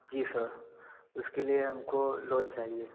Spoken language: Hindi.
जी सर उसके लिए हमको लोन चाहिए